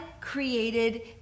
created